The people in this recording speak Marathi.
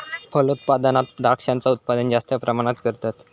फलोत्पादनात द्रांक्षांचा उत्पादन जास्त प्रमाणात करतत